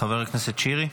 חבר הכנסת שירי.